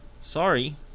sorry